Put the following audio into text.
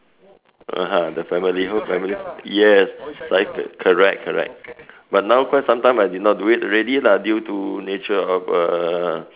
(uh huh) the family whole family yes cycle correct correct but now quite sometime I did not do already lah due to nature of uh